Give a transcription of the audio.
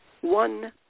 one